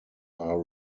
are